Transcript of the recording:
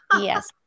Yes